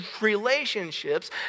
relationships